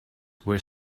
were